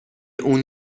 اون